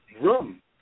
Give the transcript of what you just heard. room